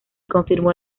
confirmó